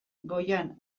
goian